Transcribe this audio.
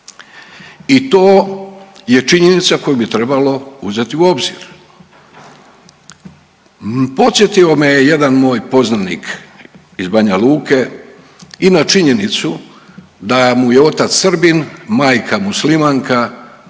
i to je činjenica koju bi trebalo uzeti u obzir. Podsjetio me je jedan moj poznanik iz Banja Luke i na činjenicu da mu je otac Srbin, majka Muslimanka,